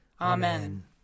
Amen